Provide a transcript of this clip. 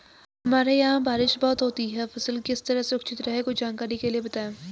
हमारे यहाँ बारिश बहुत होती है फसल किस तरह सुरक्षित रहे कुछ जानकारी के लिए बताएँ?